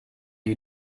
you